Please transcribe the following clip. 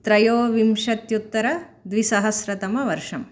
त्रयोविंशत्युत्तर द्विसहस्रतमवर्षः